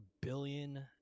billion